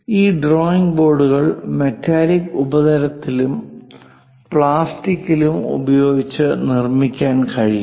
ഈ ഡ്രോയിംഗ് ബോർഡുകൾ മെറ്റാലിക് ഉപരിതലത്തിലും പ്ലാസ്റ്റിക്കിലും ഉപയോഗിച്ച് നിർമ്മിക്കാൻ കഴിയും